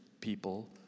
people